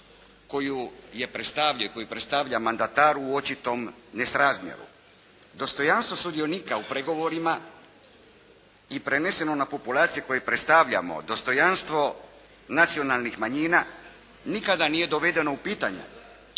koju je predstavio i koju predstavlja mandatar u očitom nesrazmjeru. Dostojanstvo sudionika u pregovorima i preneseno na populacije koje predstavljamo, dostojanstvo nacionalnih manjina nikada nije dovedeno u pitanje,